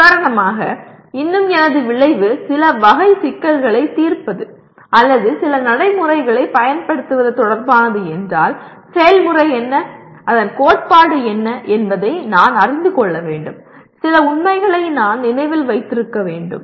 உதாரணமாக இன்னும் எனது விளைவு சில வகை சிக்கல்களைத் தீர்ப்பது அல்லது சில நடைமுறைகளைப் பயன்படுத்துவது தொடர்பானது என்றால் செயல்முறை என்ன அதன் கோட்பாடு என்ன என்பதை நான் அறிந்து கொள்ள வேண்டும் சில உண்மைகளை நான் நினைவில் வைத்திருக்க வேண்டும்